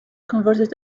converted